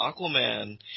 Aquaman